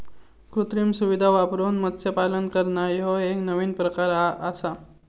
कृत्रिम सुविधां वापरून मत्स्यपालन करना ह्यो एक नवीन प्रकार आआसा हे